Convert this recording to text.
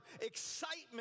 excitement